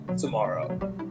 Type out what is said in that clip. tomorrow